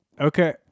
Okay